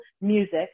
music